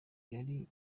iri